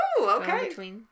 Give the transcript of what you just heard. okay